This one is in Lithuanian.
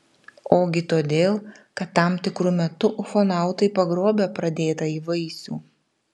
ogi todėl kad tam tikru metu ufonautai pagrobia pradėtąjį vaisių